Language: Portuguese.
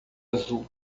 azul